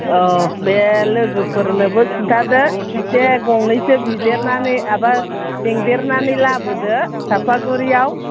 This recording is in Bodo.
औ बे लोगोफोरनोबो खिन्थादो एसे गंनैसो बिदेरनानै एबा लेंदेरनानै लाबोदो साफागुरियाव